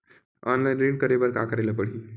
Online ऋण करे बर का करे ल पड़हि?